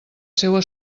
seua